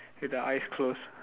with the eyes closed